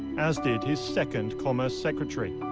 as did his second commerce secretary.